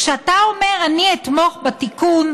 כשאתה אומר: אני אתמוך בתיקון,